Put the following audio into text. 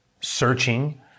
searching